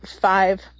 five